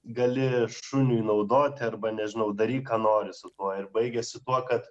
gali šuniui naudoti arba nežinau daryk ką nori su tuo ir baigėsi tuo kad